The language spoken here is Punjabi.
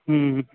ਹੂੰ